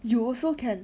you also can